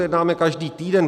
Jednáme každý týden.